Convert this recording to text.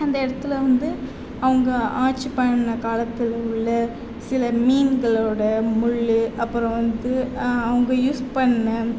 அந்த இடத்துல வந்து அவங்க ஆட்சி பண்ண காலத்தில் உள்ள சில மீன்களோட முள் அப்புறம் வந்து அவங்க யூஸ் பண்ண